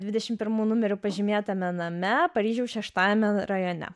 dvidešim pirmu numeriu pažymėtame name paryžiaus šeštajame rajone